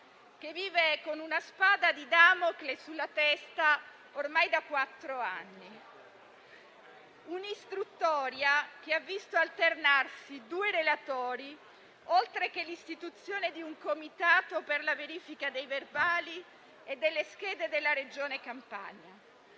che vive con una spada di Damocle sulla testa ormai da quattro anni, con un'istruttoria che ha visto alternarsi due relatori, oltre all'istituzione di un comitato per la verifica dei verbali e delle schede della Regione Campania.